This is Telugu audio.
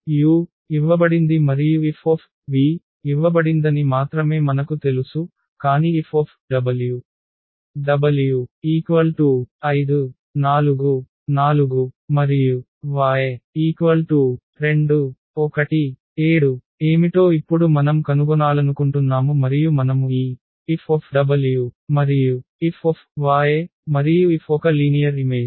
F ఇవ్వబడింది మరియు F ఇవ్వబడిందని మాత్రమే మనకు తెలుసు కాని F w544y217 ఏమిటో ఇప్పుడు మనం కనుగొనాలనుకుంటున్నాము మరియు మనము ఈ Fw F మరియు F ఒక లీనియర్ ఇమేజ్